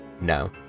No